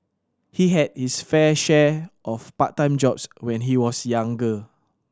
he had his fair share of part time jobs when he was younger